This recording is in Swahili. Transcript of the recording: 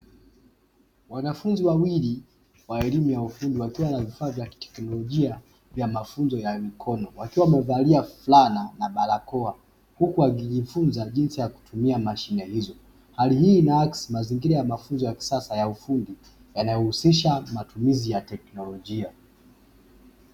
Wanafunzi wawili wa elimu ya ufundi, wakiwa na vifaa vya teknolojia vya mafunzo ya mikono, wakiwa wamevaa fulana na barakoa, huku wakijifunza namna ya kutumia mashine hizo. Hali hii inaakisi mazingira ya kisasa ya ufundi yanayohusisha matumizi ya teknolojia.